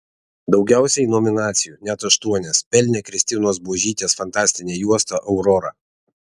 daugiausiai nominacijų net aštuonias pelnė kristinos buožytės fantastinė juosta aurora